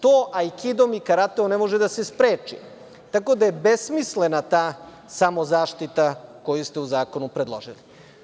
To aikidom i karateom ne može da se spreči, tako da je besmislena ta samozaštita koju ste u zakonu predložili.